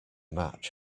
match